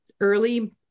early